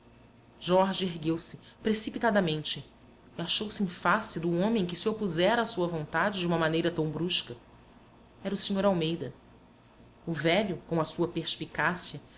ergueu-se precipitadamente e achou-se em face do homem que se opusera à sua vontade de uma maneira tão brusca era o sr almeida o velho com a sua perspicácia